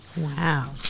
Wow